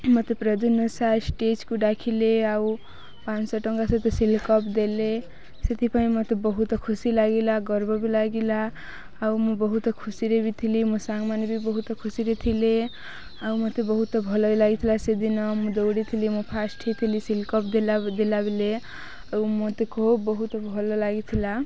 ମୋତେ ଷ୍ଟେଜ୍କୁ ଡ଼ାକିଲେ ଆଉ ପାଞ୍ଚ ଶହ ଟଙ୍କା ସହିତ ସିଲ୍ଡ କପ୍ ଦେଲେ ସେଥିପାଇଁ ମୋତେ ବହୁତ ଖୁସି ଲାଗିଲା ଗର୍ବ ବି ଲାଗିଲା ଆଉ ମୁଁ ବହୁତ ଖୁସିରେ ବି ଥିଲି ମୋ ସାଙ୍ଗମାନେ ବି ବହୁତ ଖୁସିରେ ଥିଲେ ଆଉ ମୋତେ ବହୁତ ଭଲ ବି ଲାଗିଥିଲା ସେଦିନ ମୁଁ ଦୌଡ଼ିଥିଲି ମୁଁ ଫାର୍ଷ୍ଟ ହୋଇଥିଲି ସିଲ୍ଡ କପ୍ ଦେଲା ଦେଲା ବଲେ ଆଉ ମୋତେ ବହୁତ ଭଲ ଲାଗିଥିଲା